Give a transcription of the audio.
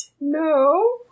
No